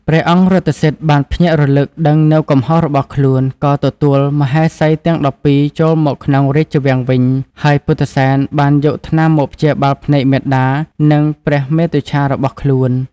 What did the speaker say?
ព្រះអង្គរថសិទ្ធិបានភ្ញាក់រលឹកដឹងនូវកំហុសរបស់ខ្លួន ក៏ទទួលមហេសីទាំង១២ចូលមកក្នុងរាជវាំងវិញ ហើយពុទ្ធិសែនបានយកថ្នាំមកព្យាបាលភ្នែកមាតា និងព្រះមាតុច្ឆារបស់ខ្លួន។